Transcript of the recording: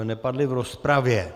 Nepadly v rozpravě.